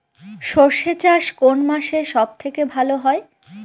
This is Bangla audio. সর্ষে চাষ কোন মাসে সব থেকে ভালো হয়?